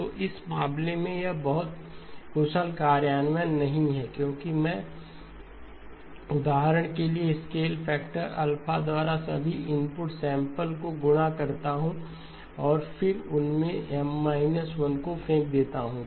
तो इस मामले में यह बहुत कुशल कार्यान्वयन नहीं है क्योंकि मैं उदाहरण के लिए स्केल फैक्टर अल्फा द्वारा सभी इनपुट सैंपल को गुणा करता हूं और फिर उनमे से M 1 को फेंक देता हूं